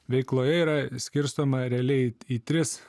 veikloje yra skirstoma realiai į tris